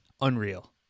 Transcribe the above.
unreal